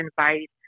invite